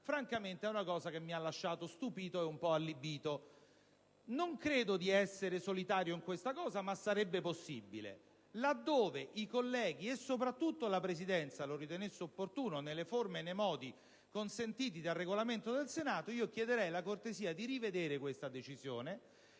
francamente mi ha lasciato stupito e un po' allibito. Non credo di essere solitario in questa richiesta, ma sarebbe anche possibile. Ove i colleghi, e soprattutto la Presidenza, lo ritenessero opportuno, nelle forme e nei modi consentiti dal Regolamento del Senato, chiederei la cortesia di rivedere questa decisione,